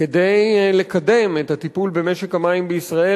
כדי לקדם את הטיפול במשק המים בישראל,